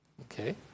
Okay